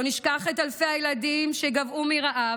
לא נשכח את אלפי הילדים שגוועו מרעב,